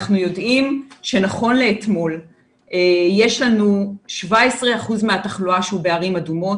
אנחנו יודעים שנכון לאתמול יש לנו 17% מהתחלואה בערים אדומות,